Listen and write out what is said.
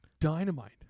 dynamite